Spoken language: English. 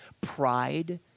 pride